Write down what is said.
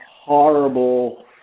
horrible